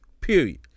period